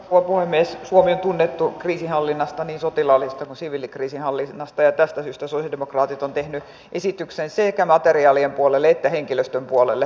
minä en pidä tällaisesta työskentelytavasta tässä salissa ja toivon että jos tämäntyyppisiä puheenvuoroja käytetään niin näihin myös puututaan